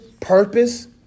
purpose